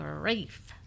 grief